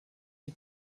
die